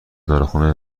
داروخانه